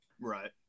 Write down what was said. Right